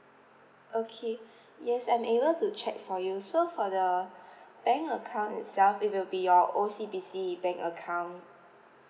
okay yes I'm able to check for you so for the bank account itself it will be your O_C_B_C bank account